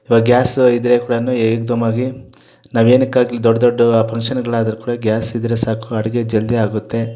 ಇವಾಗ ಗ್ಯಾಸ್ ಇದ್ರೆ ಕೂಡಾನು ಏಕ್ ದಮ್ಮಾಗಿ ನಾವೇನಕ್ಕಾಗಲಿ ದೊಡ್ಡ ದೊಡ್ಡ ಫಂಕ್ಷನ್ಗಳಾದರು ಕೂಡ ಗ್ಯಾಸಿದ್ರೆ ಸಾಕು ಅಡಿಗೆ ಜಲ್ದಿಯಾಗುತ್ತೆ